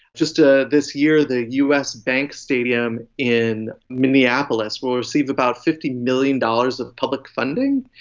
just ah this year the us bank stadium in minneapolis will receive about fifty million dollars of public funding,